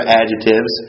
adjectives